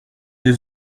des